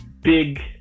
big